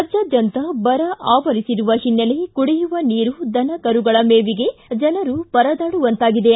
ರಾಜ್ಯಾದ್ಗಂತ ಬರ ಆವರಿಸಿರುವ ಹಿನ್ನೆಲೆ ಕುಡಿಯುವ ನೀರು ದನಕರುಗಳ ಮೇವಿಗೆ ಜನರು ಪರದಾಡುವಂತಾಗಿದೆ